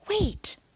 Wait